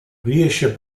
riesce